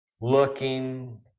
looking